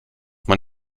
man